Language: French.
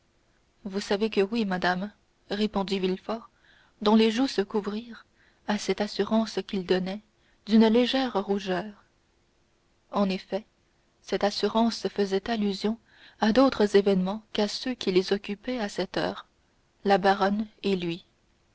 vous savez que oui madame répondit villefort dont les joues se couvrirent à cette assurance qu'il donnait d'une légère rougeur en effet cette assurance faisait allusion à d'autres événements qu'à ceux qui les occupaient à cette heure la baronne et lui